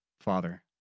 father